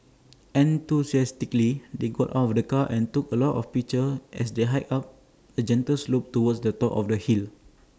enthusiastically they got out of the car and took A lot of pictures as they hiked up A gentle slope towards the top of the hill